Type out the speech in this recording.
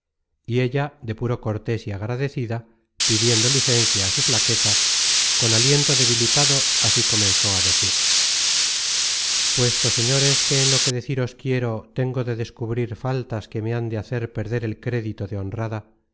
y ella de puro cortés y agradecida pidiendo licencia á su flaqueza con aliento debilitado así comenzó a decir puesto señores que en lo que deciros quiero tengo de descubrir faltas que me han de hacer perder el crédito de honrada